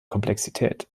komplexität